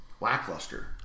lackluster